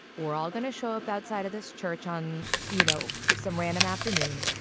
we're all gonna show up outside of this church on, you know, some random afternoon,